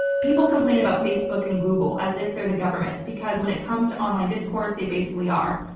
people complain about facebook and google as if they're the government, because when it comes to online discourse, they basically are.